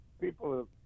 people